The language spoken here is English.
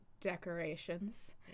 decorations